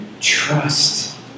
trust